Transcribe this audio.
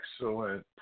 excellent